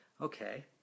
Okay